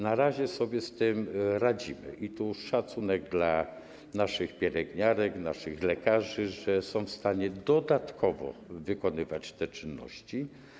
Na razie sobie z tym radzimy i tu wyrażam szacunek dla naszych pielęgniarek, naszych lekarzy, że są w stanie dodatkowo wykonywać te czynności.